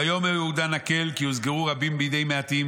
ויאמר יהודה נקל כי הוסגרו רבים בידי מעטים